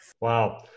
Wow